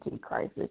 crisis